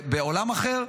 בעולם אחר,